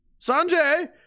Sanjay